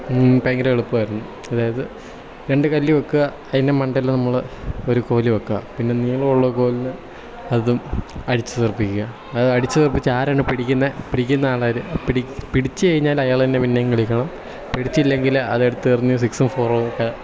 ഭയങ്കര എളുപ്പമായിരുന്നു അതായത് രണ്ട് കല്ല് വയ്ക്കുക അതിൻ്റെ മണ്ടയിൽ നമ്മൾ ഒരു കോൽ വയ്ക്കുക പിന്നെ നീളമുള്ള കോലിന് അതും അടിച്ചുതെറിപ്പിക്കുക അത് അടിച്ചുതെറിപ്പിച്ച് ആരാണ് പിടിക്കുന്നത് പിടിക്കുന്ന ആളാണ് പിടിച്ചുകഴിഞ്ഞാൽ അയാൾ തന്നെ പിന്നെയും കളിക്കണം പിടിച്ചില്ലെങ്കിൽ അതെടുത്തെറിഞ്ഞു സിക്സും ഫോറൊക്കെ